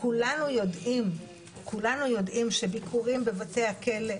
כולנו יודעים שביקורים בבתי הכלא,